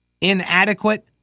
Inadequate